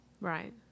right